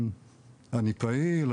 אני פעיל,